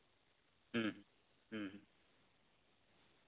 ᱦᱩᱸ ᱦᱩᱸ ᱦᱩᱸ